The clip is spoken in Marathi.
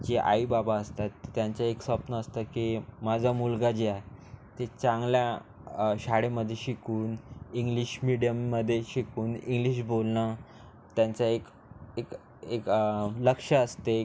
जे आईबाबा असतात तर त्यांचं एक स्वप्न असतं की माझा मुलगा जे आ ते चांगल्या शाळेमध्ये शिकून इंग्लिश मिडियममध्ये शिकून इंग्लिश बोलणं त्यांचा एक एक एक लक्ष्य असते